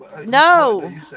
No